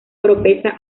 oropesa